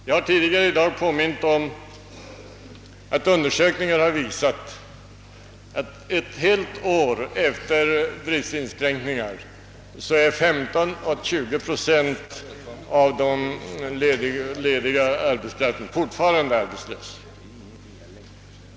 Jag har tidigare i dag påmint om att undersökningar har visat, att ett helt år efter driftsinskränkningar är 15 å 20 procent av den friställda arbeskraften fortfarande arbetslös.